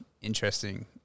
interesting